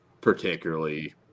particularly